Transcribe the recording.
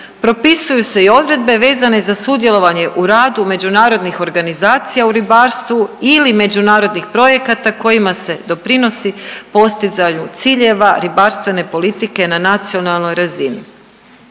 Propisuju se i odredbe vezane za sudjelovanje u radu međunarodnih organizacija u ribarstvu ili međunarodnih projekata kojima se doprinosi postizanju ciljeva ribarstvene politike na nacionalnoj razini.